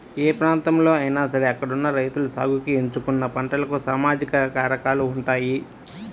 ఏ ప్రాంతంలో అయినా సరే అక్కడున్న రైతులు సాగుకి ఎంచుకున్న పంటలకు సామాజిక కారకాలు ఉంటాయి